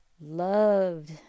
Loved